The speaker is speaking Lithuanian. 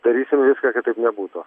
darysim viską kad taip nebūtų